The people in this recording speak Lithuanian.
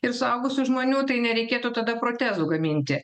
ir suaugusių žmonių tai nereikėtų tada protezų gaminti